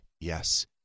Yes